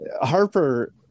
Harper